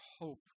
hope